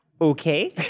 okay